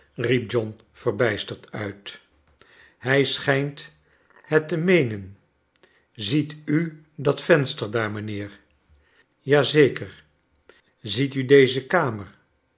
verbijsterd uit hij schijnt het te meenen ziet u dat venster daar mijnheer ja zeker ziet u deze kamer